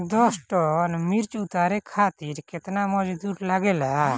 दस टन मिर्च उतारे खातीर केतना मजदुर लागेला?